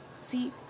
see